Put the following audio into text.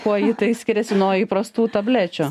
kuo ji tai skiriasi nuo įprastų tablečių